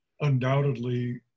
undoubtedly